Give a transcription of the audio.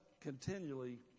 continually